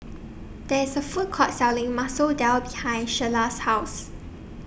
There IS A Food Court Selling Masoor Dal behind Sheyla's House